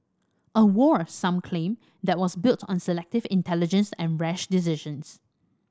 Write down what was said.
a war some claim that was built on selective intelligence and rash decisions